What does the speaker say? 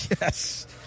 Yes